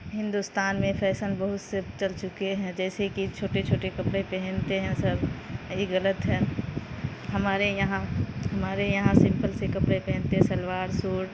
ہندوستان میں فیسن بہت سے چل چکے ہیں جیسے کہ چھوٹے چھوٹے کپڑے پہنتے ہیں سب اور یہ غلط ہے ہمارے یہاں ہمارے یہاں سمپل سے کپڑے پہنتے ہیں شلوار سوٹ